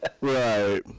right